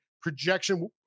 Projection